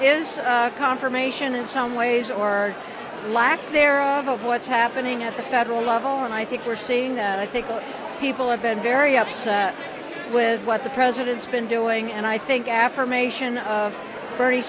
is confirmation in some ways or lack thereof of what's happening at the federal level and i think we're seeing i think people have been very upset with what the president's been doing and i think affirmation of ber